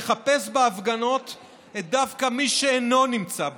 לחפש בהפגנות דווקא את מי שאינו נמצא בהן: